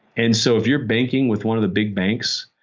and so if you're banking with one of the big banks,